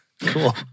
Cool